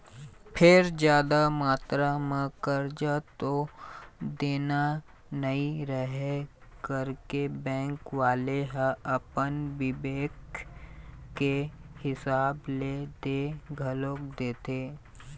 फेर जादा मातरा म करजा तो देना नइ रहय करके बेंक वाले ह अपन बिबेक के हिसाब ले दे घलोक देथे